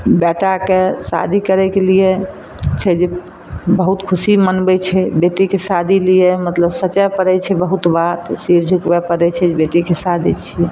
बेटाके शादी करयके लिये छै जे बहुत खुशी मनबय छै बेटीके शादी लिये मतलब सोचय पड़य छै बहुत बार सिर झुकबय पड़य छै बेटीके शादी छियै